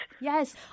Yes